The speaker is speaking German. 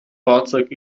fahrzeug